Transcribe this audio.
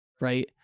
Right